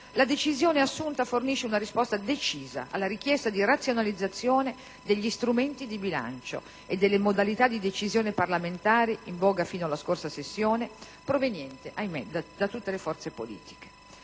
la decisione assunta fornisce una risposta decisa alla richiesta di razionalizzazione degli strumenti di bilancio e delle modalità di decisione parlamentare in voga fino alla scorsa sessione, proveniente - ahimè - da tutte le forze politiche.